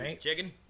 chicken